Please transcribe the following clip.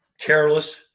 careless